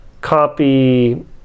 copy